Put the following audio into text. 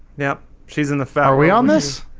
yep, she's in the fairway on this.